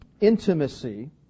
intimacy